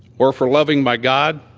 or for loving my god.